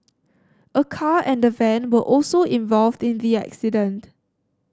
a car and a van were also involved in the accident